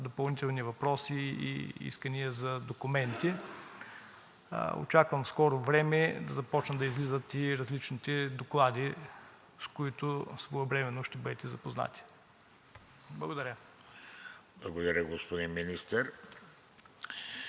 допълнителни въпроси и искания за документи. Очаквам в скоро време да започнат да излизат и различните доклади, с които своевременно ще бъдете запознати. Благодаря. ПРЕДСЕДАТЕЛ ВЕЖДИ